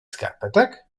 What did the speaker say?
skarpetek